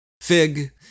Fig